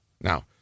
Now